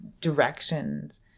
directions